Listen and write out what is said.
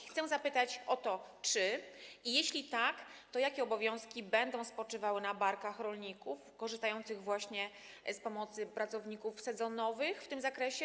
I chcę zapytać o to, czy - a jeśli tak, to jakie - te obowiązki będą spoczywały na barkach rolników korzystających z pomocy pracowników sezonowych w tym zakresie.